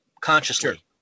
consciously